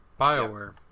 Bioware